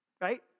right